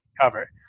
cover